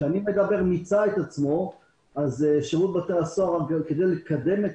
כשאני אומר שזה מיצה את עצמו זה מכיוון שכדי לקדם את